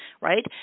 right